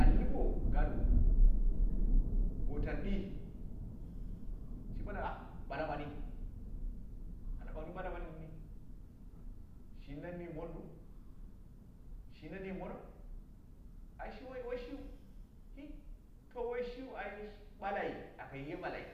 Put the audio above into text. An lɨpwo ganiwo, ba tan dii, shi balmai ah ɓal mani, ana ɓaghni bala mani nini, shima nimmani ru, shima nimmani ai shima wai shiu, hi to wai shiu ai bakai aka yinge baki,